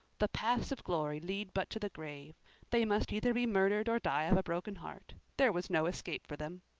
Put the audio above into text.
the paths of glory lead but to the grave they must either be murdered or die of a broken heart. there was no escape for them.